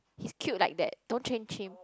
he's cute like that don't change him